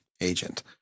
agent